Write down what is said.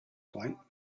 point